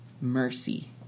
mercy